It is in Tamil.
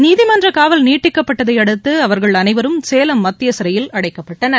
நீதிமன்ற காவல் நீட்டிக்கப்பட்டதை அடுத்து அவர்கள் அனைவரும் சேலம் மத்திய சிறையில் அடைக்கப்பட்டனர்